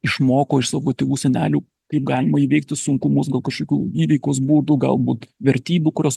išmoko iš savo tėvų senelių kaip galima įveikti sunkumus gal kažkokių įveikos būdų galbūt vertybių kurios